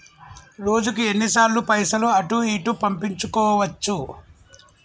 రోజుకు ఎన్ని సార్లు పైసలు అటూ ఇటూ పంపించుకోవచ్చు?